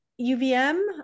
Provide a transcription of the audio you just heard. UVM